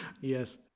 Yes